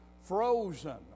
frozen